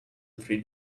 every